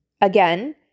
Again